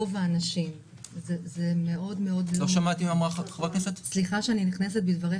סליחה שאני נכנסת בדבריך,